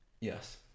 Yes